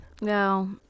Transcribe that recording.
No